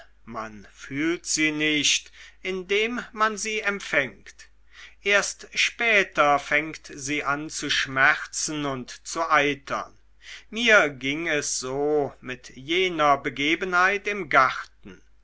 man fühlt sie nicht indem man sie empfängt erst später fängt sie an zu schmerzen und zu eitern mir ging es so mit jener begebenheit im garten